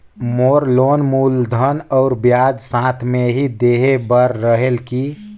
मोर loan मूलधन और ब्याज साथ मे ही देहे बार रेहेल की?